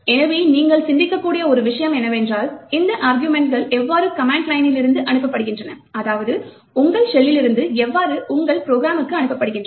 எனவே நீங்கள் சிந்திக்கக்கூடிய ஒரு விஷயம் என்னவென்றால் இந்த ஆர்குமென்ட்கள் எவ்வாறு கமாண்ட் லைனிலிருந்து அனுப்பப்படுகின்றன அதாவது உங்கள் ஷெல்லிலிருந்து எவ்வாறு உங்கள் ப்ரோக்ராமுக்கு அனுப்பப்படுகின்றன